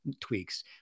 tweaks